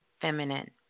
feminine